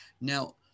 Now